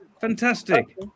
Fantastic